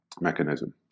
mechanism